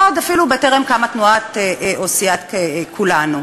עוד אפילו בטרם קמה תנועת או סיעת כולנו,